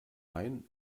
main